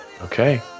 Okay